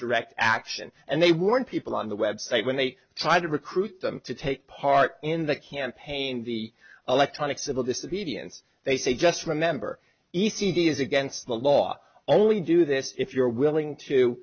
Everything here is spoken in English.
direct action and they were people on the website when they tried to recruit them to take part in the campaign the electronic civil disobedience they say just remember e c t is against the law only do this if you're willing to